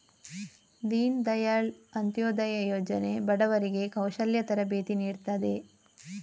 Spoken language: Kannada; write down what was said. ದೀನ್ ದಯಾಳ್ ಅಂತ್ಯೋದಯ ಯೋಜನೆ ಬಡವರಿಗೆ ಕೌಶಲ್ಯ ತರಬೇತಿ ನೀಡ್ತದೆ